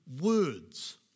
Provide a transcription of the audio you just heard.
words